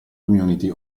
community